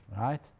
right